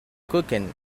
cooking